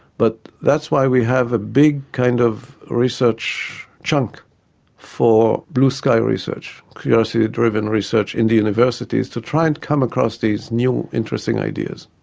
but that's why we have a big kind of research chunk for blue sky research, curiosity driven research in the universities, to try and come across these new and interesting ideas.